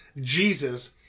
Jesus